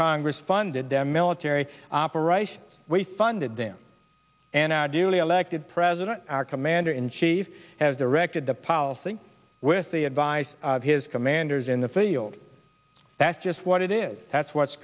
congress funded their military operation we funded them and i duly elected president our commander in chief has directed the policy with the advice of his commanders in the field that's just what it is that's what's